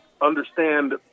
understand